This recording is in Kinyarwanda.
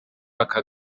aka